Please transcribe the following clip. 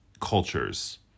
cultures